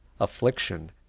affliction